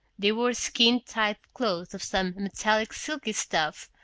they wore skin-tight clothes of some metallic silky stuff,